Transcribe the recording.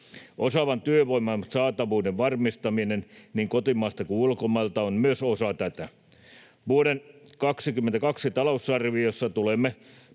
Osaavan työvoiman saatavuuden varmistaminen niin kotimaasta kuin ulkomailta on myös osa tätä. Vuoden 2022 talousarviossa tulemme